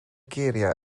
geiriau